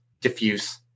diffuse